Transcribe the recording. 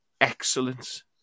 excellence